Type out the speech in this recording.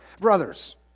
Brothers